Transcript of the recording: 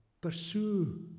Pursue